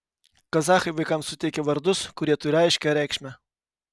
kazachai vaikams suteikia vardus kurie turi aiškią reikšmę